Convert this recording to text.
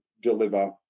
deliver